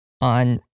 on